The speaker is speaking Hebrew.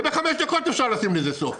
ובחמש דקות אפשר לשים לזה סוף.